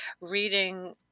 reading